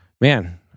Man